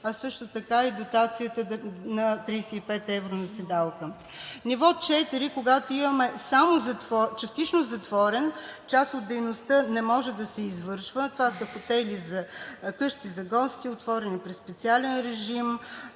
а също така и дотацията с 35 евро на седалка. Ниво 4 е когато имаме частично затворен – част от дейността не може да се извършва. Това са къщи за гости, отворени при специален режим,